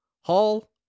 Hall